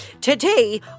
Today